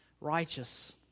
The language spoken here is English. righteous